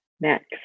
Next